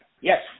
Yes